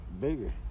bigger